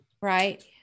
right